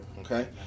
okay